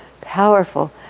powerful